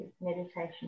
meditation